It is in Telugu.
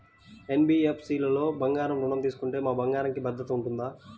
ఎన్.బీ.ఎఫ్.సి లలో బంగారు ఋణం తీసుకుంటే మా బంగారంకి భద్రత ఉంటుందా?